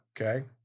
okay